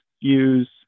use